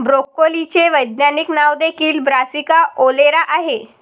ब्रोकोलीचे वैज्ञानिक नाव देखील ब्रासिका ओलेरा आहे